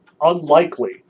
unlikely